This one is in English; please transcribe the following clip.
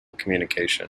communication